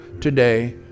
today